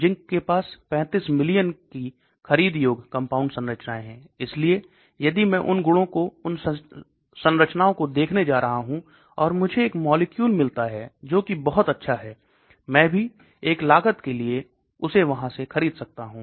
ZINC के पास 35 million की खरीद योग्य कंपाउंड संरचनाएं है इसलिए यदि मैं उन गुणों को उन संरचनाओं को देखने जा रहा हूं और मुझे एक मॉलिक्यूल मिलता हैं जो की बहुत अच्छा है मैं भी एक लागत के लिए उसे वहाँ से खरीद सकता हूँ